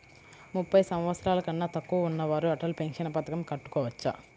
ముప్పై సంవత్సరాలకన్నా తక్కువ ఉన్నవారు అటల్ పెన్షన్ పథకం కట్టుకోవచ్చా?